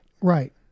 right